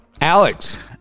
Alex